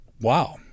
wow